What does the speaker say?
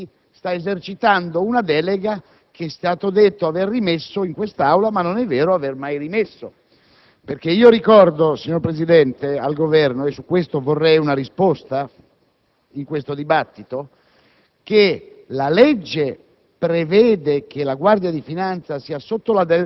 sta abusivamente esercitando la delega che ha detto di aver rimesso o altrimenti sta esercitando una delega, che è stato detto esser stata rimessa in quest'Aula, ma non è vero che sia mai stata rimessa. Ricordo, signor Presidente, al Governo - e su questo vorrei una risposta